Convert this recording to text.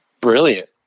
brilliant